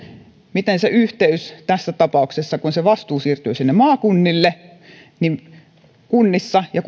miten tässä tapauksessa kun vastuu siirtyy maakunnille ja